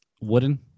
wooden